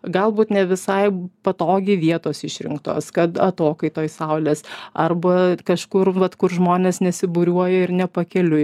galbūt ne visai patogiai vietos išrinktos kad atokaitoj saulės arba kažkur vat kur žmonės nesibūriuoja ir ne pakeliui